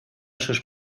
sus